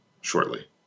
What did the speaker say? shortly